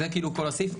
זה כאילו כל הסעיף.